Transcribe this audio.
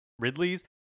Ridley's